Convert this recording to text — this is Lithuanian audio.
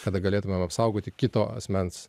kada galėtumėm apsaugoti kito asmens